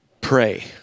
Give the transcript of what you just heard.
pray